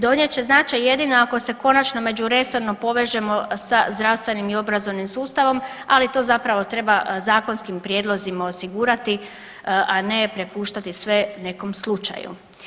Donijet će značaj jedino ako se konačno međuresorno povežemo sa zdravstvenim i obrazovnim sustavom, ali to zapravo treba zakonskim prijedlozima osigurati, a ne prepuštati sve nekom slučaju.